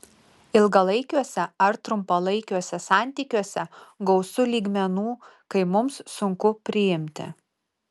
ilgalaikiuose ar trumpalaikiuose santykiuose gausu lygmenų kai mums sunku priimti